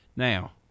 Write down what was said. Now